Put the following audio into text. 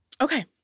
Okay